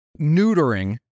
neutering